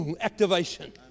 activation